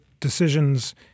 Decisions